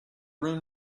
room